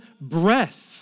breath